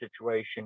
situation